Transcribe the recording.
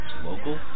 local